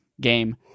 game